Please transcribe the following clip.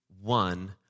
one